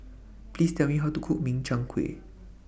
Please Tell Me How to Cook Min Chiang Kueh